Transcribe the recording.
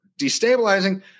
destabilizing